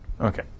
Okay